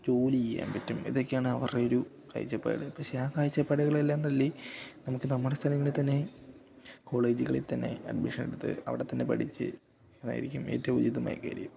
ജോലി ചെയ്യാൻ പറ്റും ഇതൊക്കെയാണ് അവരുടെ ഒരു കാഴ്ചപ്പാട് പക്ഷെ ആ കാഴ്ചപ്പാടുകളെല്ലാം തള്ളി നമുക്ക് നമ്മുടെ സ്ഥലങ്ങളിൽ തന്നെ കോളേജുകളിൽ തന്നെ അഡ്മിഷനെടുത്ത് അവിടെ തന്നെ പഠിച്ച് അതായിരിക്കും ഏറ്റവും ഉചിതമായ കാര്യം